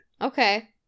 Okay